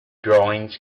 drawings